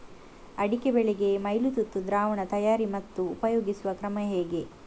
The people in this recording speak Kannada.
ಅಡಿಕೆ ಬೆಳೆಗೆ ಮೈಲುತುತ್ತು ದ್ರಾವಣ ತಯಾರಿ ಮತ್ತು ಉಪಯೋಗಿಸುವ ಕ್ರಮ ಹೇಗೆ?